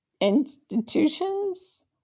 institutions